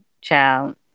child